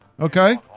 Okay